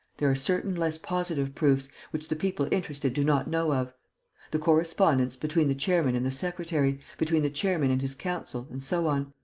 there are certain less positive proofs, which the people interested do not know of the correspondence between the chairman and the secretary, between the chairman and his counsel, and so on.